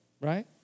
right